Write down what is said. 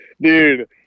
Dude